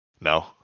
no